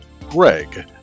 greg